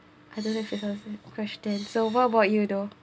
I don't have a question so what about you though